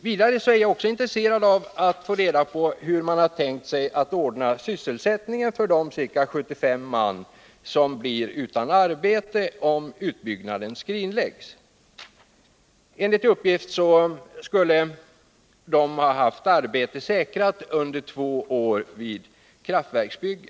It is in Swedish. Vidare är jag intresserad av att få veta hur man tänker sig att ordna sysselsättningen för de ca 75 man som blir utan arbete om projektet skrinläggs. Enligt uppgift skulle de ha haft arbete säkrat under två år vid ett kraftverksbygge.